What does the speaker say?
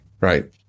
right